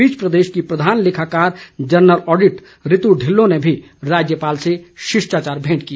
इस बीच प्रदेश की प्रधान लेखाकार जनरल ऑडिट रित् ढिल्लो ने भी राज्यपाल से शिष्टाचार भेंट की